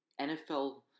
NFL